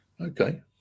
Okay